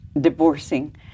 divorcing